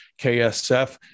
KSF